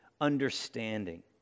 understanding